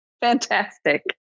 Fantastic